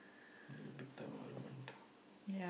very bitter environment